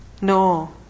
No